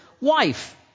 wife